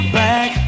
back